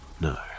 No